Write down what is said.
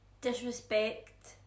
disrespect